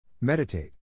Meditate